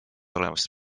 olemust